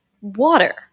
water